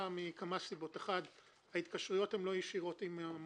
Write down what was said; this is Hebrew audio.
אבל עד שהם לא יידעו שהם חייבים,